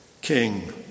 King